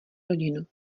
rodinu